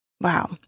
Wow